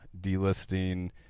delisting